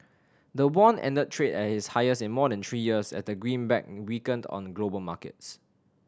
the won ended trade at its highest in more than three years as the greenback weakened on global markets